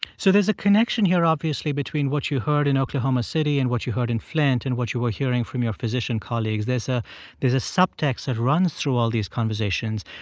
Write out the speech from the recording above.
so there's a connection here obviously between what you heard in oklahoma city and what you heard in flint and what you were hearing from your physician colleagues. there's ah there's a subtext that runs through all these conversations.